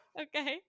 okay